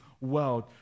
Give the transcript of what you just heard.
world